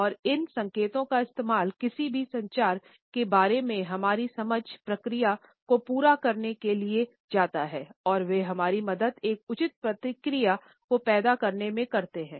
और इन संकेतों का इस्तेमाल किसी भी संचार के बारे में हमारी समझ प्रक्रिया को पूरा करने के लिए जाता हैं और वे हमारी मदद एक उचित प्रतिक्रिया को पैदा करने में करते हैं